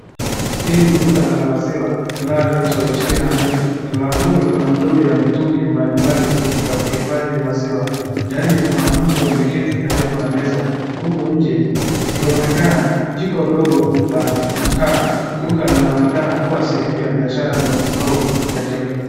Hii ni duka la maziwa linaloitwa Yustina Milk . Mlanguni kuna ndoo ya mitungi mbalimbali ya kuhifadhi maziwa. Ndani kuna mtu ameketi karibu na meza. Huku nje kukionekana jiko dogo la mkaa. Duka linaonekana kuwa sehemu ya biashara ndogo ndogo ya jamii.